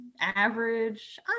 average